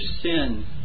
sin